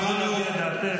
תוכלי להביע את דעתך.